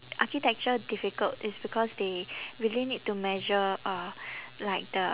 architecture difficult it's because they really need to measure uh like the